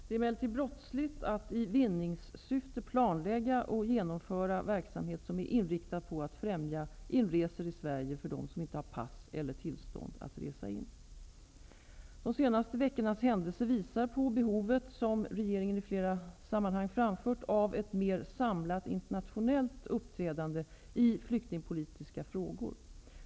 Det är emellertid brottsligt att i vinningssyfte planlägga och genomföra verksamhet som är inriktad på att främja inresor i Sverige för dem som inte har pass eller tillstånd att resa in. De senaste veckornas händelser visar på behovet, som regeringen i flera sammanhang framfört, av ett mer samlat internationellt uppträdande i flyktingpolitiska frågor.